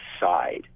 side